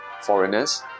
foreigners